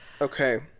okay